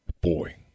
Boy